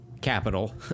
capital